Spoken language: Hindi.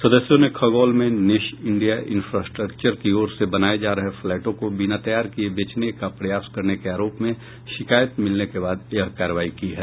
सदस्यों ने खगौल में नेश इंडिया इंफ्रास्ट्रक्चर की ओर से बनाये जा रहे फ्लैटों को बिना तैयार किये बेचने का प्रयास करने के आरोप में शिकायत मिलने के बाद यह कार्रवाई की है